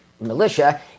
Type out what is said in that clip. militia